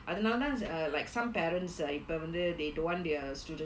அதுனால தா:athunaala thaa like some parents இப்போ வந்து:ippo vanthu they don't want their students